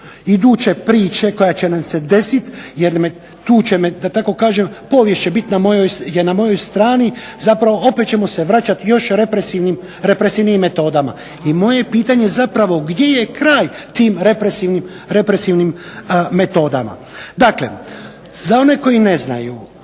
iduće priče koja će nam se desit jer da tako kažem povijest je na mojoj strani, zapravo opet ćemo se vraćati još represivnijim metodama. I moje je pitanje zapravo gdje je kraj tim represivnim metodama. Dakle, za oni koji ne znaju,